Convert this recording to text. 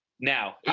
Now